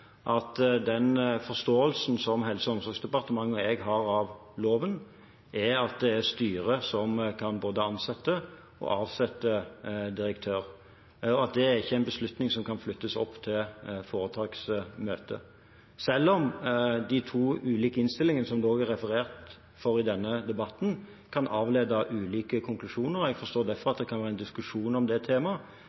at den forståelsen som Helse- og omsorgsdepartementet og jeg har av loven, er at det er styret som både kan ansette og avsette en direktør. Det er ikke en beslutning som kan flyttes opp til foretaksmøtet, selv om de to ulike innstillingene som det også er referert fra i denne debatten, kan avlede ulike konklusjoner. Jeg forstår derfor at det kan være en diskusjon om det temaet,